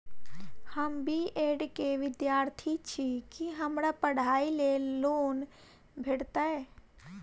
हम B Ed केँ विद्यार्थी छी, की हमरा पढ़ाई लेल लोन भेटतय?